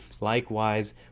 likewise